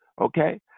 Okay